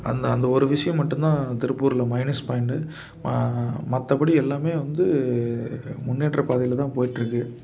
அந்த அந்த ஒரு விஷயம் மட்டுந்தான் திருப்பூரில் மைனஸ் பாயிண்ட் ம மற்றபடி எல்லாமே வந்து முன்னேற்ற பாதையில்தான் போயிட்டிருக்கு